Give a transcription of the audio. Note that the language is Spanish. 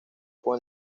con